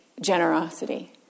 generosity